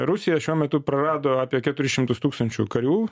rusija šiuo metu prarado apie keturis šimtus tūkstančių karių